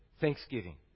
thanksgiving